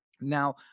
now